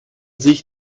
sich